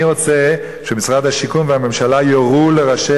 אני רוצה שמשרד השיכון והממשלה יורו לראשי